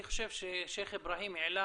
אני חושב ששייח' אבראהים העלה